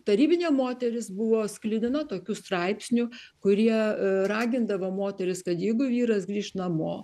tarybinė moteris buvo sklidina tokių straipsnių kurie ragindavo moteris kad jeigu vyras grįš namo